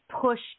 push